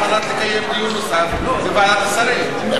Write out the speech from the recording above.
כדי לקיים דיון נוסף בוועדת השרים.